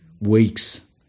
weeks